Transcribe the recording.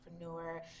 entrepreneur